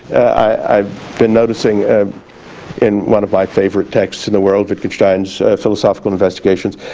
i've been noticing ah in one of my favorite texts in the world, lichtenstein's philosophical investigations,